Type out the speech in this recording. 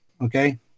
okay